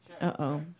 Uh-oh